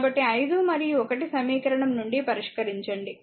కాబట్టి 5 మరియు 1 సమీకరణం నుండి పరిష్కరించండి